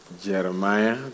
Jeremiah